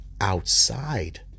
outside